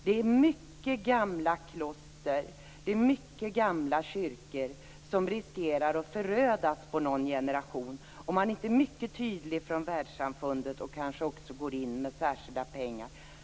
Det är många gamla kloster och gamla kyrkor som riskerar att förödas under någon generation om man inte är mycket tydlig från världssamfundet och kanske också går in med särskilda pengar.